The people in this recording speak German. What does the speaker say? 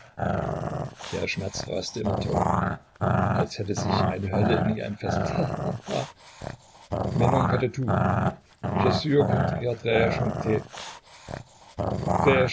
der schmerz raste immer toller als hätte sich eine hölle in ihr entfesselt ha ha ha mais non